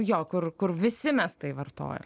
jo kur kur visi mes tai vartojam